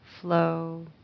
flow